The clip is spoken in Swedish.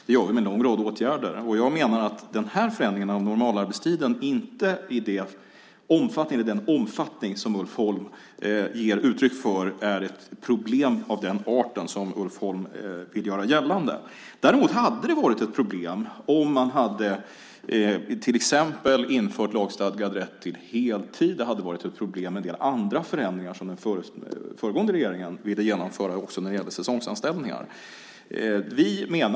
Det gör vi genom en lång rad av åtgärder. Jag menar att den här förändringen av normalarbetstiden inte är ett problem i den omfattning och av den art som Ulf Holm ger uttryck för och vill göra gällande. Däremot hade det varit ett problem om man till exempel hade infört lagstadgad rätt till heltid. En del andra förändringar som den föregående regeringen ville genomföra när det gäller säsongsanställningar hade också varit ett problem.